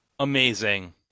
amazing